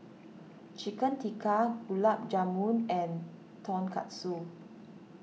Chicken Tikka Gulab Jamun and Tonkatsu